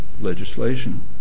legislation